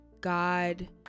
God